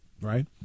right